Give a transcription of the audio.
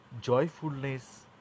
joyfulness